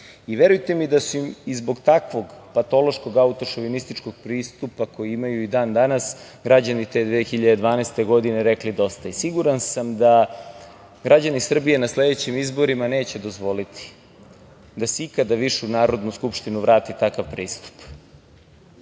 Tadić. Verujte mi da su im zbog takvog patološkog autošovinističkog pristupa koji imaju i dan danas građani te 2012. godine rekli dosta. Siguran sam da građani Srbije na sledećim izborima neće dozvoliti da se ikada više u Narodnu skupštinu vrati takav pristup